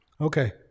Okay